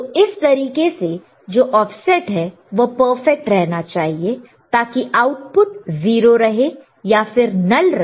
तो इस तरीके से जो ऑफसेट है वह परफेक्ट रहना चाहिए ताकि आउटपुट 0 रहे या फिर नल रहे